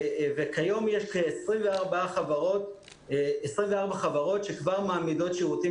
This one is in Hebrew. כיום יש 24 חברות שכבר מעמידות שירותים